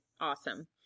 awesome